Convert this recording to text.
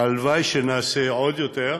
והלוואי שנעשה עוד יותר,